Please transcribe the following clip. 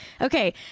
Okay